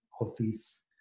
office